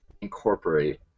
incorporate